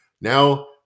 Now